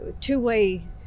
two-way